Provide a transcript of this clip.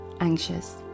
anxious